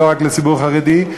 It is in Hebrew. ולא רק לציבור החרדי,